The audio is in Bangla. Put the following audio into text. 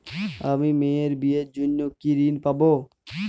আমি মেয়ের বিয়ের জন্য কি ঋণ পাবো?